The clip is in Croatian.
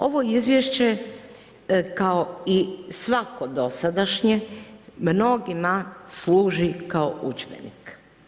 Ovo Izvješće, kao i svako dosadašnje, mnogima služi kao udžbenik.